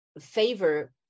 favor